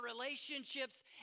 relationships